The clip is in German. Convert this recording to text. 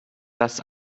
dass